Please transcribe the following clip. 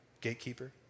gatekeeper